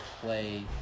play